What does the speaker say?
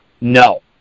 no